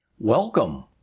Welcome